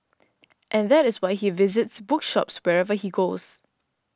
and that is why he visits bookshops wherever he goes